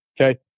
okay